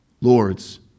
lords